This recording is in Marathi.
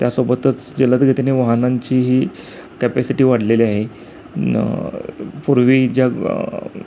त्यासोबतच जलदगतीने वाहनांची ही कपॅसिटी वाढलेली आहे पूर्वी ज्या